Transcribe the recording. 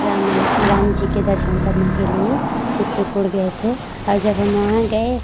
राम राम जी के दर्शन करने के लिए चित्रकूट गए थे और जब हम वहाँ गए